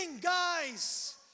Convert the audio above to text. guys